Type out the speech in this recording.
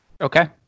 Okay